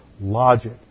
logic